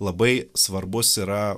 labai svarbus yra